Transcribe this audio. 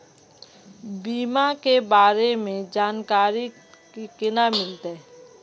बीमा के बारे में जानकारी केना मिलते?